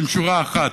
בן שורה אחת,